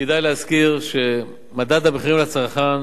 כדאי להזכיר שמדד המחירים לצרכן